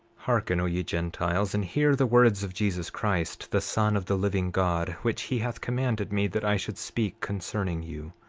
hearken, o ye gentiles, and hear the words of jesus christ, the son of the living god, which he hath commanded me that i should speak concerning you,